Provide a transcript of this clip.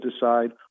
decide